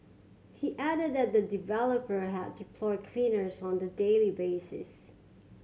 he added that the developer had deployed cleaners on a daily basis